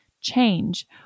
change